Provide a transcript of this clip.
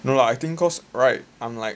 no lah I think cause right